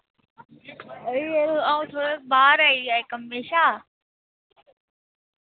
आऊं थोह्ड़ा बाह्र आई ऐं कम्मे शा